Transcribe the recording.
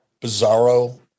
bizarro